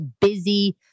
busy